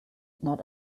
not